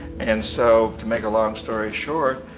and so, to make a long story short,